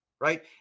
right